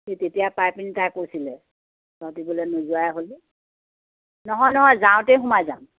সেই তেতিয়া পাই পিনি তাই কৈছিলে তহঁতি বোলে নোযোৱাই হ'লি নহয় নহয় যাওঁতেই সোমাই যাম